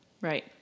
Right